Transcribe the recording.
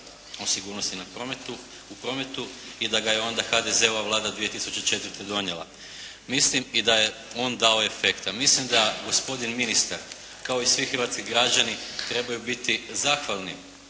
na prometu, u prometu. I da ga je onda HDZ-ova Vlada 2004. donijela. Mislim. I da je on dao efekta. Mislim da gospodin ministar kao i svi hrvatski građani trebaju biti zahvalni